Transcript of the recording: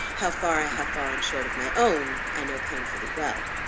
how far i have fallen short of my own, i know painfully well.